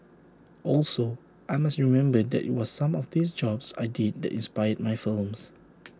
also I must remember that IT was some of these jobs I did that inspired my films